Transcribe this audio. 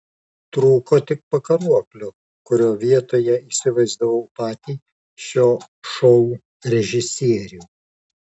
trūko tik pakaruoklio kurio vietoje įsivaizdavau patį šio šou režisierių